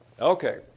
Okay